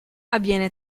avviene